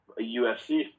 UFC